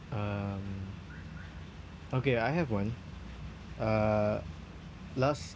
um okay I have one uh last